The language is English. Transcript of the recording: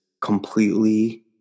completely